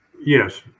yes